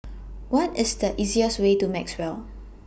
What IS The easiest Way to Maxwell